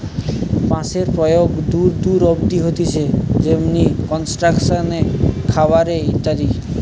বাঁশের প্রয়োগ দূর দূর অব্দি হতিছে যেমনি কনস্ট্রাকশন এ, খাবার এ ইত্যাদি